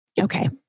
Okay